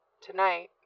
Tonight